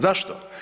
Zašto?